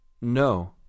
No